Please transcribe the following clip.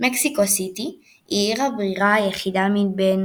מקסיקו סיטי היא עיר הבירה היחידה מבין